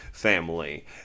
family